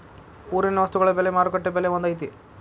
ಊರಿನ ವಸ್ತುಗಳ ಬೆಲೆ ಮಾರುಕಟ್ಟೆ ಬೆಲೆ ಒಂದ್ ಐತಿ?